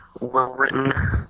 well-written